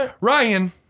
Ryan